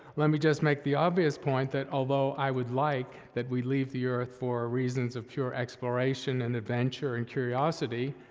let me just make the obvious point that although i would like that we'd leave the earth for reasons of pure exploration and adventure and curiosity,